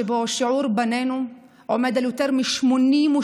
שבו שיעור בנינו עומד על יותר מ-82%,